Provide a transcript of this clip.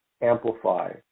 amplify